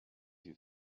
you